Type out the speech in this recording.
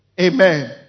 Amen